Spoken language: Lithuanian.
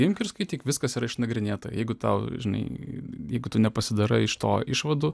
imk ir skaityk viskas yra išnagrinėta jeigu tau žinai jeigu tu nepasidarai iš to išvadų